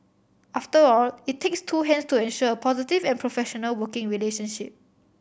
after all it takes two hands to ensure positive and professional working relationship